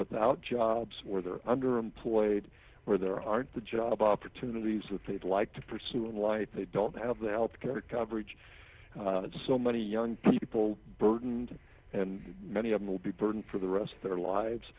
without jobs where they are underemployed where there aren't the job opportunities that they'd like to pursue in life they don't have the health care coverage that so many young people burdened and many of them will be burdened for the rest of their lives